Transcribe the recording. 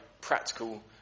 practical